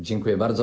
Dziękuję bardzo.